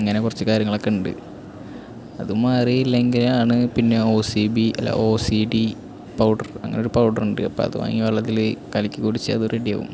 അങ്ങനെ കുറച്ച് കാര്യങ്ങളൊക്കെ ഉണ്ട് അതും മാറിയില്ലെങ്കിലാണ് പിന്നെ ഓ സീ ബി അല്ല ഒ സീ ഡി പൗഡര് അങ്ങനൊരു പൗഡറുണ്ട് അപ്പം അതുവാങ്ങി വെള്ളത്തിൽ കലക്കി കുടിച്ചാൽ അത് റെഡിയാകും